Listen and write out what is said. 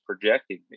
projecting